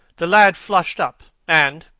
the lad flushed up and,